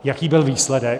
Jaký byl výsledek?